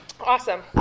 Awesome